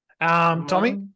Tommy